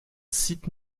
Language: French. site